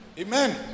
Amen